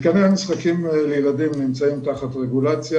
מתקני המשחקים לילדים נמצאים תחת רגולציה,